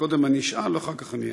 קודם אני אשאל, אחר כך אני אגיב.